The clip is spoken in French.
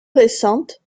récente